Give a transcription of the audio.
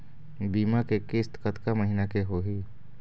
बीमा के किस्त कतका महीना के होही?